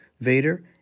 Vader